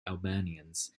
albanians